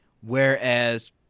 Whereas